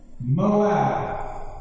Moab